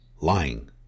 Lying